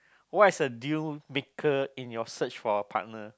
what is a deal maker in your search for a partner